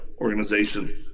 organization